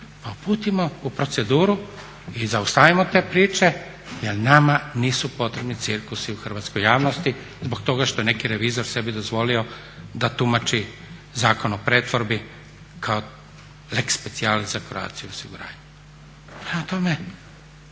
uputimo u proceduru i zaustavimo te priče jer nama nisu potrebni cirkusi u hrvatskoj javnosti zbog toga što je neki revizor sebi dozvolio da tumači Zakon o pretvorbi kao lex specialis za Croatia osiguranje. Prema tome,